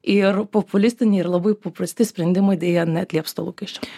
ir populistiniai ir labai paprasti sprendimai deja neatlieps to lūkesčio